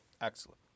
excellent